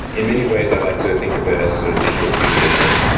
in many ways, i like to think of it as sort of digital feudalism,